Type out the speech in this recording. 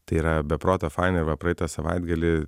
tai yra be proto faina va praeitą savaitgalį